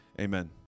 Amen